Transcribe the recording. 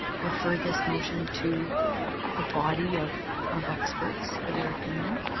refer this motion to a body of of experts for their opinion,